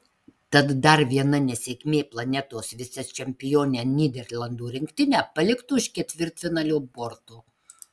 tad dar viena nesėkmė planetos vicečempionę nyderlandų rinktinę paliktų už ketvirtfinalio borto